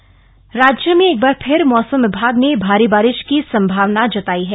मौसम अलर्ट राज्य में एक बार फिर मौसम विभाग ने भारी बारिश की संभावना जताई है